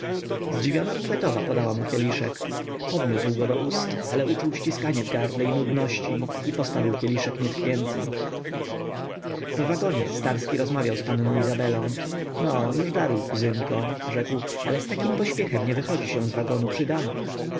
zdziwiona bufetowa podała mu kieliszek podniósł go do ust ale uczuł ściskanie w gardle i nudności i postawił kieliszek nietknięty w wagonie starski rozmawiał z panną izabelą no już daruj kuzynko rzekł ale z takim pośpiechem nie wychodzi się z wagonu przy damach